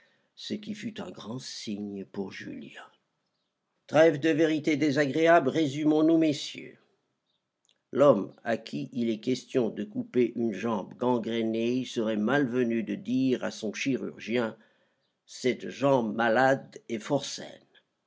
ce qui fut un grand signe pour julien trêve de vérités désagréables résumons nous messieurs l'homme à qui il est question de couper une jambe gangrenée serait mal venu de dire à son chirurgien cette jambe malade est fort